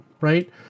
right